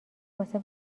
واسه